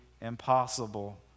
impossible